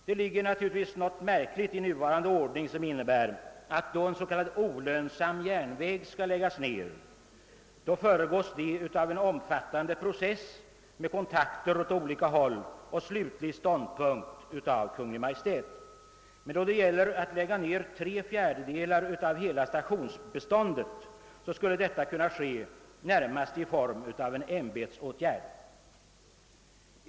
Det ligger naturligtvis något märkligt i nuvarande ordning som innebär att, då en s.k. olönsam järnväg skall läggas ned, detta föregås av en omfattande process med kontakter åt olika håll och slutligt ståndpunktstagande av Kungl. Maj:t. Men då det gäller att lägga ned tre fjärdedelar av hela stationsbeståndet så skulle detta kunna ske närmast såsom en ämbetsverksåtgärd.